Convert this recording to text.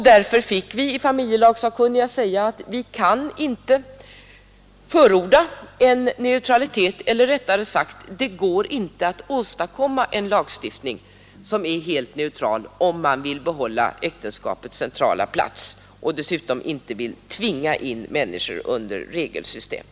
Därför fick vi i familjelagssakkunniga säga att det går inte att åstadkomma en lagstiftning som är helt neutral, om man vill behålla äktenskapets centrala plats och inte vill tvinga in människor under ett regelsystem.